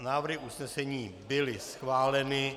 Návrhy usnesení byly schváleny.